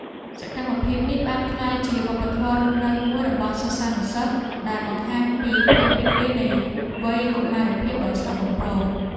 សកម្មភាពនេះបានក្លាយជាវប្បធម៌រស់នៅមួយរបស់សិស្សានុសិស្សដែលបង្ហាញពីភាពរីករាយនៃវ័យកុមារភាពដ៏ស្រស់បំព្រង។